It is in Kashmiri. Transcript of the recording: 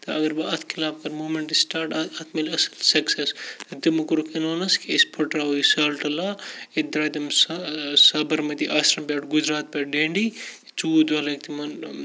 تہٕ اگر بہٕ اَتھ خلاف کَرٕ موٗمٮ۪نٛٹ سٕٹاٹ اَتھ مِلہِ اَصٕل سٮ۪کسَس تہٕ تِمو کوٚرُکھ اِنوَنٕس کہِ أسۍ پھٕٹراوو یہِ سالٹ لا ییٚتہِ درٛاے تِم سابرمٔتی آشرَم پٮ۪ٹھ گُجرات پٮ۪ٹھ ڈینٛڈی ژُوٚوُہ دۄہ لٔگۍ تِمَن